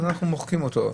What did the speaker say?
אנחנו מוחקים אותו.